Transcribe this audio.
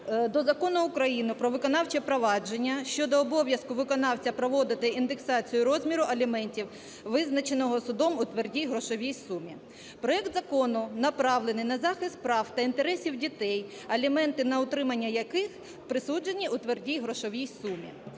до Закону України "Про виконавче провадження" (щодо обов'язку виконавця проводити індексацію розміру аліментів, визначеного судом у твердій грошовій сумі). Проект закону направлений на захист прав та інтересів дітей, аліменти на утримання яких присуджені у твердій грошовій сумі.